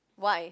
why